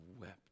wept